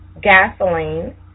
gasoline